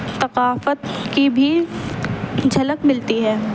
ثقافت کی بھی جھلک ملتی ہے